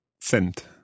cent